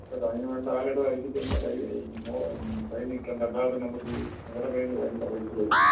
കേട്ടോ അതിന് വേണ്ടാരോടും അരികച്ചെന്ന് കൈ കൈ നീട്ടണ്ട അല്ലാതെ തന്നെ നമുക്കീ സംഘടനയെന്നു അതിനുള്ള പൈസ തരും